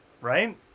right